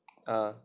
uh